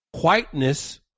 Whiteness